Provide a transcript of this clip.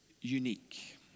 unique